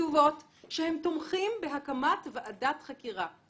כתובות שהם תומכים בהקמת ועדת חקירה.